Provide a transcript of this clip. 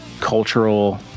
Cultural